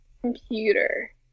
computer